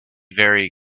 very